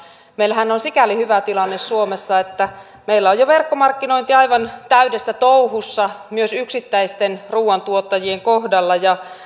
meillähän on sikäli hyvä tilanne suomessa että meillä on jo verkkomarkkinointi aivan täydessä touhussa myös yksittäisten ruoantuottajien kohdalla ja